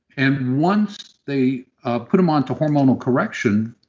and once they ah put them onto hormonal correction,